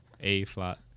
A-Flat